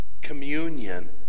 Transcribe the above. communion